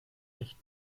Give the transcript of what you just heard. nicht